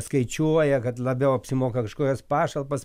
skaičiuoja kad labiau apsimoka kažkokias pašalpas